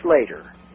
later